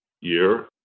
year